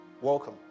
Welcome